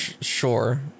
Sure